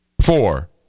four